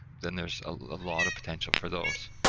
then there's a lot of potential for those.